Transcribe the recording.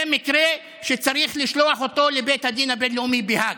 זה מקרה שצריך לשלוח אותו לבית הדין הבין-לאומי בהאג,